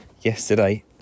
yesterday